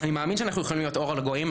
אני מאמין שאנחנו יכולים להיות אור לגויים,